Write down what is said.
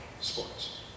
sports